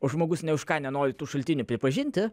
o žmogus nė už ką nenori tų šaltinių pripažinti